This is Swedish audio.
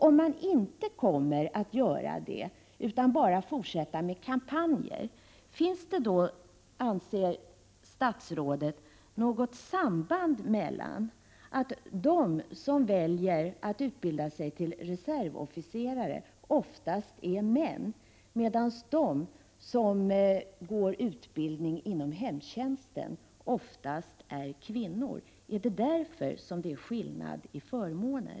Om man inte gör det, utan bara fortsätter med kampanjer, anser då statsrådet att det finns något samband mellan detta och det förhållandet att de som väljer att utbilda sig till reservofficerare oftast är män, medan de som genomgår utbildning inom hemtjänsten oftast är kvinnor? Är det därför som det är skillnad i förmåner?